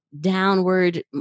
downward